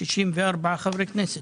64 חברי כנסת.